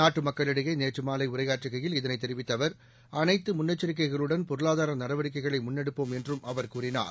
நாட்டு மக்களிடையே நேற்று மாலை உரையாற்றுகையில் இதனைத் தெரிவித்த அவர் அனைத்து முன்னெச்சரிக்கைகளுடன் பொருளாதார நடவடிக்கைகளை முன்னெடுப்போம் என்றும் அவர் கூறினார்